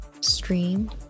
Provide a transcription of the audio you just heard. stream